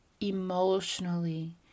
emotionally